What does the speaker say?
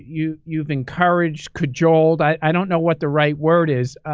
you've you've encouraged, cajoled, i don't know what the right word is,